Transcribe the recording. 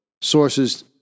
Sources